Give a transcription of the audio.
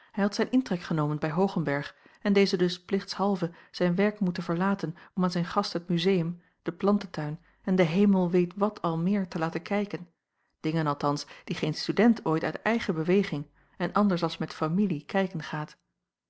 hij had zijn intrek genomen bij hoogenberg en deze dus plichtshalve zijn werk moeten verlaten om aan zijn gast het muzeum den plantentuin en de hemel weet wat al meer te laten kijken dingen althans die geen student ooit uit eigen beweging en anders als met familie kijken gaat